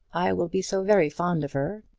i will be so very fond of her.